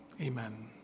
Amen